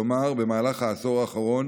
כלומר, במהלך העשור האחרון